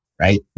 right